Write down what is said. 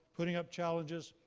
putting up challenges,